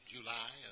July